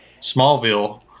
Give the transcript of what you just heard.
Smallville